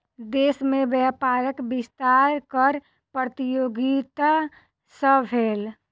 देश में व्यापारक विस्तार कर प्रतियोगिता सॅ भेल